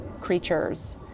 creatures